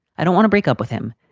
i don't want to break up with him.